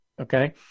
okay